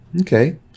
okay